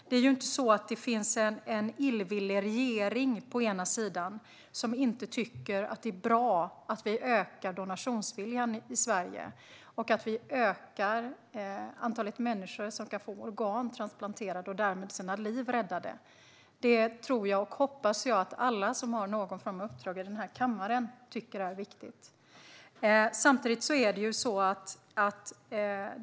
Det är inte så att det finns en illvillig regering på ena sidan som inte tycker att det är bra att vi ökar donationsviljan i Sverige och antalet människor som kan få organ transplanterade och därmed sina liv räddade. Detta tror och hoppas jag att alla som har någon form av uppdrag här i kammaren tycker är viktigt.